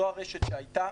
זו הרשת שהייתה,